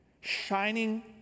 shining